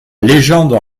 légende